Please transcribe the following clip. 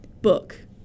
Book